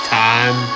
time